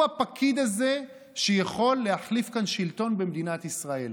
הוא הפקיד הזה שיכול להחליף כאן שלטון במדינת ישראל.